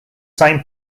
same